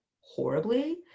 horribly